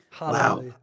Wow